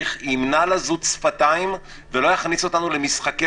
ימנע לזות שפתים ולא יכניס אותנו למשחקי